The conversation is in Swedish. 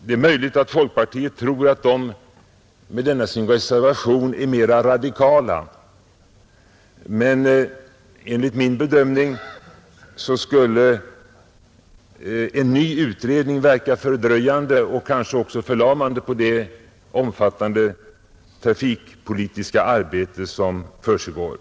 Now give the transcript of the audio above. Det är möjligt att folkpartiet tror att det med denna sin reservation är mera radikalt, men enligt min bedömning skulle en ny utredning verka fördröjande och kanske också förlamande på det omfattande trafikpolitiska arbete som försiggår.